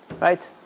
Right